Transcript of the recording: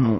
ಅವನು